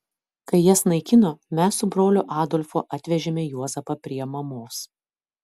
kai jas naikino mes su broliu adolfu atvežėme juozapą prie mamos